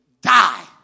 die